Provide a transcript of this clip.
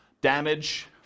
Damage